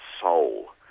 soul